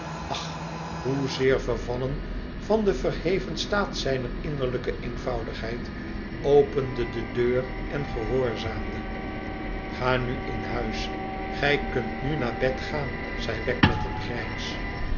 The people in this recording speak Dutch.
ach hoezeer vervallen van den verheven staat zijner innerlijke eenvoudigheid opende de deur en gehoorzaamde ga nu in huis gij kunt nu naar bed gaan zei wegg met een grijns